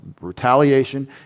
retaliation